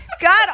God